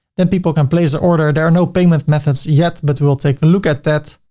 then people can place the order, there are no payment methods yet, but we will take a look at that.